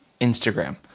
Instagram